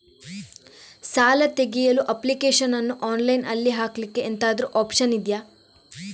ಸಾಲ ತೆಗಿಯಲು ಅಪ್ಲಿಕೇಶನ್ ಅನ್ನು ಆನ್ಲೈನ್ ಅಲ್ಲಿ ಹಾಕ್ಲಿಕ್ಕೆ ಎಂತಾದ್ರೂ ಒಪ್ಶನ್ ಇದ್ಯಾ?